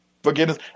Forgiveness